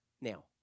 Now